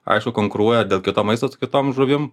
aišku konkuruoja dėl kito maisto su kitom žuvim